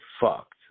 fucked